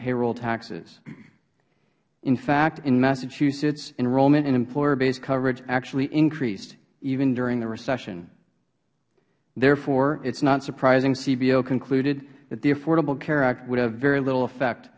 payroll taxes in fact in massachusetts enrollment in employer based coverage actually increased even during the recession therefore it is not surprising cbo concluded that the affordable care act would have very little effect